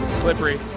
slippery.